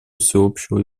всеобщего